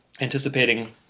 anticipating